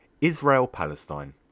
Israel-Palestine